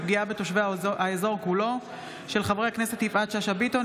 בעקבות דיון מהיר בהצעתם של חברי הכנסת יפעת שאשא ביטון,